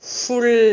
full